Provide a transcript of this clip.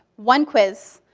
one quiz,